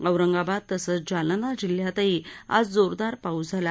औरंगाबाद तसंच जालना जिल्ह्यातही आज जोरदार पाऊस झाला